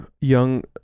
young